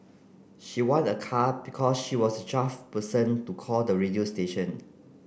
she won a car because she was twelfth person to call the radio station